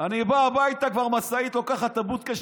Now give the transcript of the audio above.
אני בא הביתה, כבר משאית לוקחת את הבוטקה.